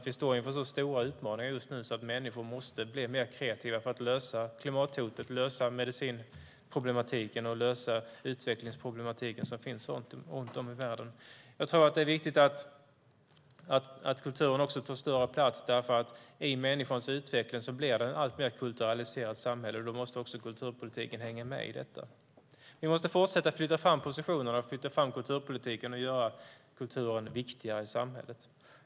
Vi står inför så stora utmaningar just nu att människor måste bli mer kreativa för att lösa det klimathot, den medicinproblematik och den utvecklingsproblematik som finns runt om i världen. Det är viktigt att kulturen tar större plats därför att det i människans utveckling blir ett alltmer kulturaliserat samhälle. Då måste också kulturpolitiken hänga med i detta. Vi måste fortsätta att flytta fram positionerna, att flytta fram kulturpolitiken och att göra kulturen viktigare i samhället.